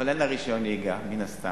אבל אין לה רשיון נהיגה מן הסתם,